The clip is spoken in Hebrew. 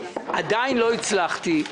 עדיין לא הצלחתי,